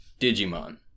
Digimon